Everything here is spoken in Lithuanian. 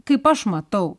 kaip aš matau